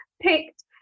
picked